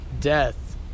death